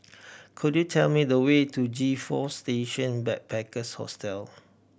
could you tell me the way to G Four Station Backpackers Hostel